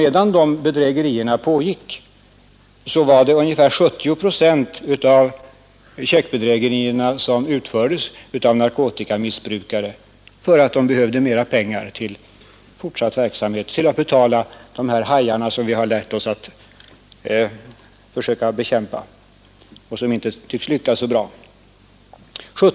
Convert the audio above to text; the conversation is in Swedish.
Medan dessa bedrägerier ännu var vanliga utfördes ungefär 70 procent av dem av narkotikamissbrukare som behövde mer pengar för att kunna betala de hajar som vi vill försöka bekämpa — något som vi emellertid inte tycks lyckas så bra med.